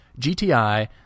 gti